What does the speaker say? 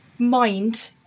mind